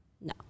No